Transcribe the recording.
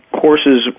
courses